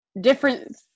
different